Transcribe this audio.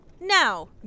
Now